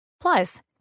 Plus